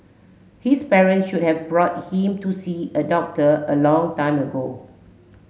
his parent should have brought him to see a doctor a long time ago